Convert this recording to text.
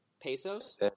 Pesos